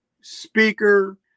speaker